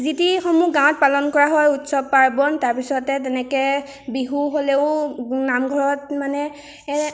যিটি সমূহ গাঁৱত পালন কৰা হয় উৎসৱ পাৰ্বণ তাৰপিছতে তেনেকৈ বিহু হ'লেও নামঘৰত মানে